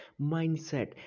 mindset